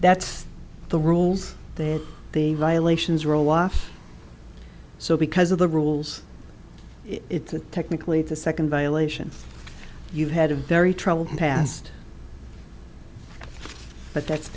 that's the rules that the violations roll off so because of the rules it's technically the second violation you've had a very troubled past but that's